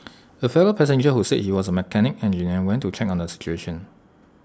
A fellow passenger who said he was A mechanical engineer went to check on the situation